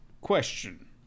question